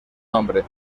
nombre